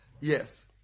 Yes